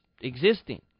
existing